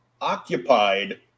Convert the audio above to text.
occupied